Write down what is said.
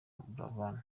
buravan